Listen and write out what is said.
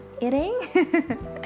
Eating